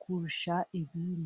kurusha ibindi.